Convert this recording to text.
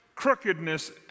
crookedness